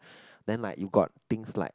then like you got things like